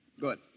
Good